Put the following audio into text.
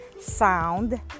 sound